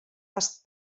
les